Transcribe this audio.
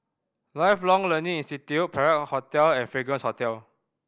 Lifelong Learning Institute Perak Hotel and Fragrance Hotel